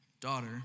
Daughter